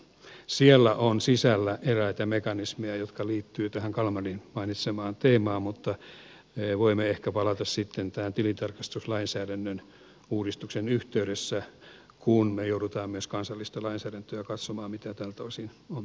siellä on sisällä eräitä mekanismeja jotka liittyvät tähän kalmarin mainitsemaan teemaan mutta voimme ehkä palata sitten tähän tilintarkastuslainsäädännön uudistuksen yhteydessä kun me joudumme myös kansallista lainsäädäntöä katsomaan mitä tältä osin on tehtävissä